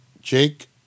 Jake